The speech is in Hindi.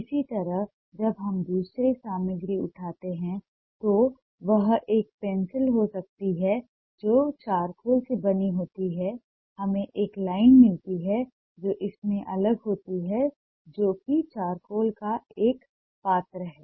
इसी तरह जब हम दूसरी सामग्री उठाते हैं तो वह एक पेंसिल हो सकती है जो चारकोल से बनी होती है हमें एक लाइन मिलती है जो इससे अलग होती है जो कि चारकोल का एक पात्र है